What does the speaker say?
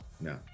no